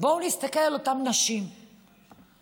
בואו נסתכל על אותן נשים שמטפלות